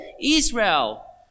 Israel